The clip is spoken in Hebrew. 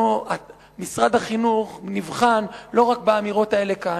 משרד החינוך נבחן לא רק באמירות האלה כאן,